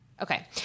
Okay